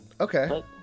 Okay